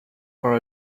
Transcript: for